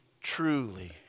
truly